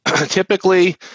typically